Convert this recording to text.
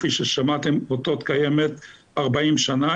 כפי ששמעתם אותות קיימת 40 שנים,